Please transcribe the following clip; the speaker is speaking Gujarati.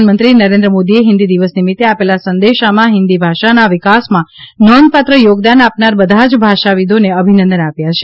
પ્રધાનમંત્રી નરેન્દ્ર મોદીએ હિન્દી દિવસ નિમિત્તે આપેલા સંદેશામાં હિંદી ભાષાના વિકાસમાં નોંધપાત્ર યોગદાન આપનાર બધા જ ભાષા વિદોને અભિનંદન આપ્યા છે